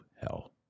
hell